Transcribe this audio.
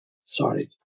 Sorry